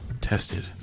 tested